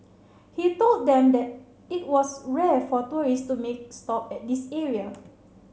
he told them that it was rare for tourists to make stop at this area